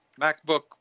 MacBook